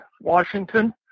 Washington